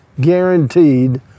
guaranteed